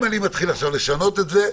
אם אני מתחיל עכשיו לשנות את זה,